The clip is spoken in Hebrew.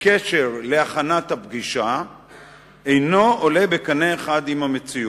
בקשר להכנת הפגישה אינו עולה בקנה אחד עם המציאות.